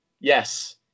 Yes